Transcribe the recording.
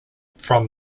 from